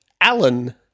Allen